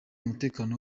umutekano